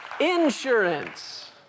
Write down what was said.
Insurance